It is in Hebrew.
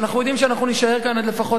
ואנחנו יודעים שנישאר כאן עד לפחות